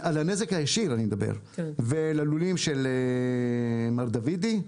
על הנזק הישיר אני מדבר, וללולים של מר דוידי,